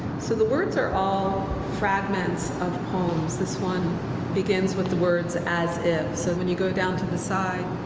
so the words are all fragments of poems. this one begins with the words as if. so, when you go down to the side,